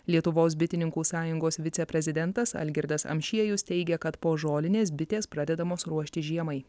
lietuvos bitininkų sąjungos viceprezidentas algirdas amšiejus teigia kad po žolinės bitės pradedamos ruošti žiemai